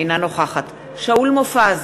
אינה נוכחת שאול מופז,